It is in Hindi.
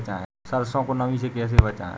सरसो को नमी से कैसे बचाएं?